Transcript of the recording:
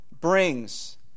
brings